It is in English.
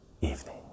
evening